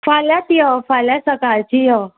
फाल्यांत यो फाल्यां सकाळची यो